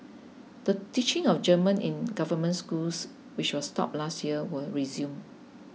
the teaching of German in government schools which was stopped last year will resume